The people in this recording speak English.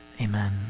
Amen